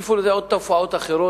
תוסיפו לזה עוד תופעות אחרות,